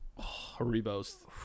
Haribos